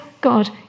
God